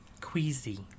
queasy